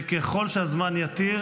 וככל שהזמן יתיר,